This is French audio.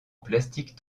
plastique